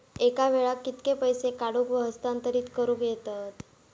एका वेळाक कित्के पैसे काढूक व हस्तांतरित करूक येतत?